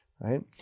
right